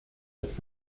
als